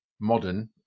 modern